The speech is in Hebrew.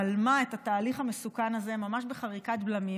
בלמה את התהליך המסוכן הזה ממש בחריקת בלמים,